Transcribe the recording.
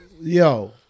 yo